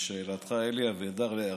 לשאלתך, אלי אבידר, להערתך: